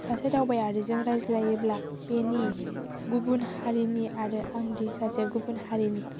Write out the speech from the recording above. सासे दावबायारिजों रायज्लायोब्ला बेनि गुबुन हारिनि आरो आंदि सासे गुबुन हारिनि